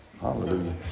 Hallelujah